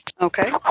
Okay